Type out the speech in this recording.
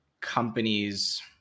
companies